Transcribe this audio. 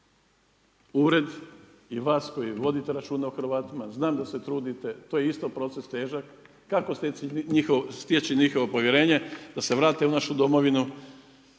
Ured i vas koji vodite računa o Hrvatima. Znam da se trudite. To je isto proces težak. Kako steći njihovo povjerenje da se vrate u našu domovinu